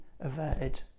averted